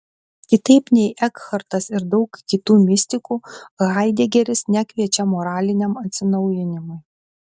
kitaip nei ekhartas ir daug kitų mistikų haidegeris nekviečia moraliniam atsinaujinimui